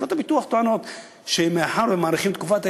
חברות הביטוח טוענות שמאחר שמאריכים את תקופת ההתיישנות,